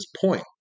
point